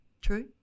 True